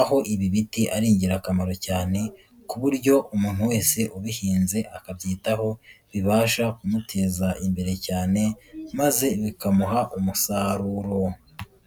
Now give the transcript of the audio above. aho ibi biti ari ingirakamaro cyane, ku buryo umuntu wese ubihinze akabyitaho, bibasha kumuteza imbere cyane maze bikamuha umusaruro.